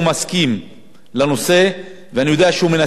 לנושא ואני יודע שהוא מנסה לקדם את הנושא,